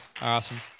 Awesome